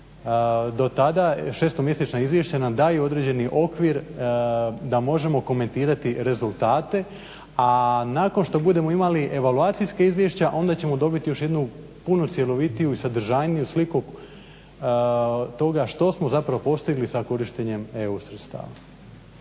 Do tada šestomjesečna izvješća nam daju određeni okvir da možemo komentirati rezultate, a nakon što budemo imali evaluacijska izvješća onda ćemo dobiti još jednu puno cjelovitiju i sadržajniju sliku toga što smo zapravo postigli sa korištenjem EU sredstava.